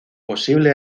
posible